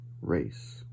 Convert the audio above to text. race